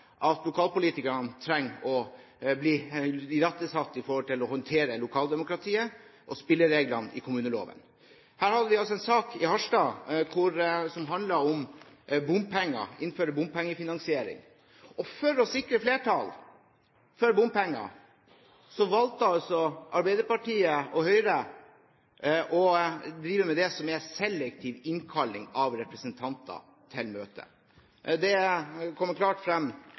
at lokalpolitikerne trenger å bli irettesatt når det gjelder å håndtere lokaldemokratiet og spillereglene i kommuneloven. Vi har en sak i Harstad som handler om bompenger – å innføre bompengefinansiering. For å sikre flertall for bompenger valgte Arbeiderpartiet og Høyre å drive med det som er selektiv innkalling av representanter til møter. Det kommer klart frem